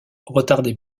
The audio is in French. retardé